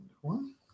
one